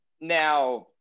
now